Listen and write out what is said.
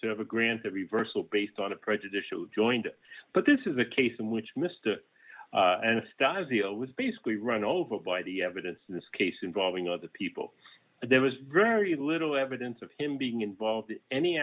to have a grant a reversal based on a prejudicial joined but this is a case in which mr and stasia was basically run over by the evidence in this case involving other people but there was very little evidence of him being involved in any